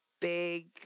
Big